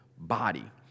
body